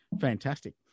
Fantastic